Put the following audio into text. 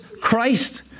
Christ